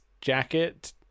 jacket